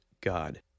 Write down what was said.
God